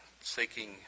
seeking